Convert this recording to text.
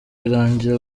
birangira